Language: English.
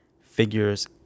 figures